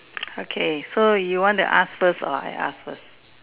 okay so you want to ask first or I ask first